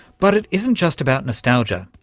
but it isn't just about nostalgia.